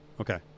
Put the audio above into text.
Okay